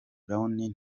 brown